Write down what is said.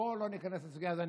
בוא לא ניכנס לסוגיה הזו.